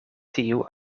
tiu